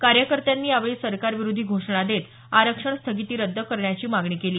कार्यकर्त्यांनी यावेळी सरकार विरोधी घोषणा देत आरक्षण स्थगिती रद्द करण्याची मागणी केली